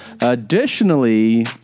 Additionally